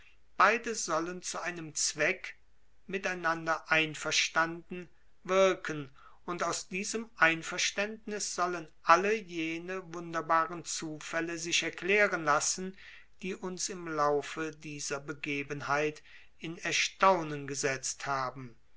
beide sollen zu einem zweck miteinander einverstanden wirken und aus diesem einverständnis sollen alle jene wunderbaren zufälle sich erklären lassen die uns im laufe dieser begebenheit in erstaunen gesetzt haben